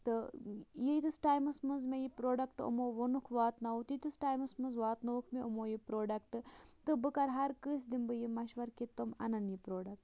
تہٕ ییٖتِس ٹایِمَس منٛز مےٚ یہِ پرٛوڈَکٹ یِمو ووٚنُکھ واتناوَو تیٖتِس ٹایِمَس منٛز واتہٕ نوَوُکھ مےٚ یِمَو یہِ پرٛوڈَکٹ تہٕ بہٕ کَرٕ ہر کانٛسہِ دِمہٕ بہٕ یہِ مَشوَر کہِ تِم اَنَن یہِ پرٛوڈَکٹ